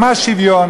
ממש שוויון.